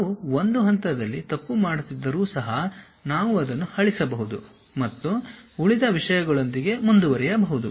ನಾವು ಒಂದು ಹಂತದಲ್ಲಿ ತಪ್ಪು ಮಾಡುತ್ತಿದ್ದರೂ ಸಹ ನಾವು ಅದನ್ನು ಅಳಿಸಬಹುದು ಮತ್ತು ಉಳಿದ ವಿಷಯಗಳೊಂದಿಗೆ ಮುಂದುವರಿಯಬಹುದು